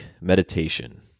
meditation